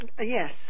Yes